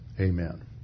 Amen